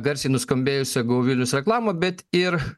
garsiai nuskambėjusią go vilnius reklamą bet ir